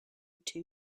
two